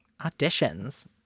Auditions